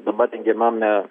dabar regimiome